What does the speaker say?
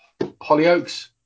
Hollyoaks